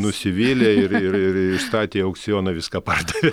nusivylė ir ir ir ir išstatė į aukcioną viską pardavė